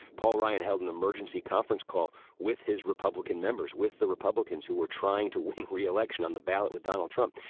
paul ryan held an emergency conference call with his republican members, with the republicans who were trying to win re-election on the ballot with donald trump.